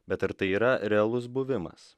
bet ar tai yra realus buvimas